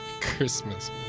Christmas